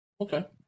Okay